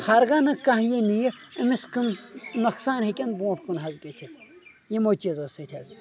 ہَرگاہ نہٕ کانٛہہ یی نِیہِ أمِس کٕم نۄقصان ہیٚکان برونٛٹھ کُن حظ گٔژھِتھ یِمو چیٖزو سۭتۍ حظ